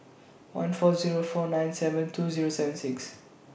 one four Zero four nine seven two Zero seven six